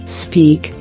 speak